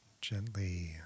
gently